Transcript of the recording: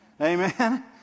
Amen